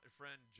friend